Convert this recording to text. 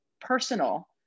personal